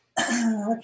Okay